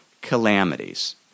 calamities